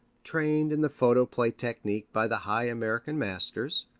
trained in the photoplay technique by the high american masters,